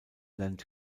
land